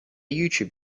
youtube